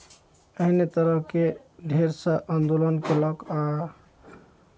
एहने तरहके ढेर सारा आन्दोलन कयलक आ